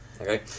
Okay